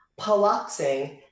Paloxing